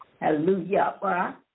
Hallelujah